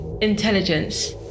intelligence